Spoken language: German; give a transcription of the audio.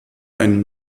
einen